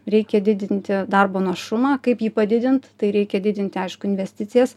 reikia didinti darbo našumą kaip jį padidint tai reikia didinti aišku investicijas